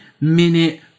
minute